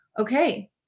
okay